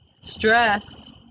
stress